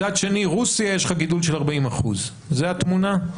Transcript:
מצד שני, רוסיה, יש לך גידול של 40%. זו התמונה?